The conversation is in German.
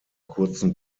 kurzen